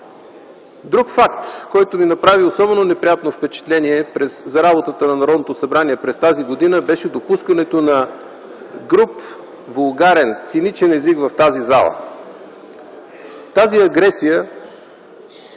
Друг факт, който ми направи особено неприятно впечатление за работата на Народното събрание през тази година, беше допускането на груб, вулгарен и циничен език в тази зала. Тази агресия